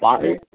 પાણી